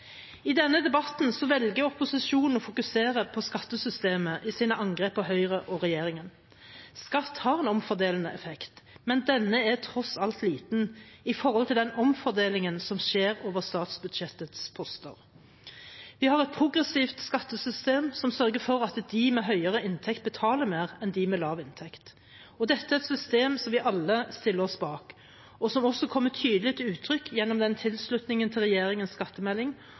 I denne debatten velger opposisjonen å fokusere på skattesystemet i sine angrep på Høyre og regjeringen. Skatt har en omfordelende effekt, men denne er tross alt liten i forhold til den omfordelingen som skjer over statsbudsjettets poster. Vi har et progressivt skattesystem som sørger for at de med høyere inntekt betaler mer enn de med lav inntekt, og dette er et system som vi alle stiller oss bak, og som også kommer tydelig til uttrykk gjennom tilslutningen til regjeringens skattemelding